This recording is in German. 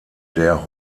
der